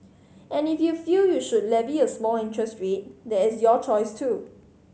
and if you feel you should levy a small interest rate that is your choice too